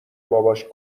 باباش